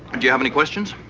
you have any questions?